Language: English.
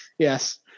Yes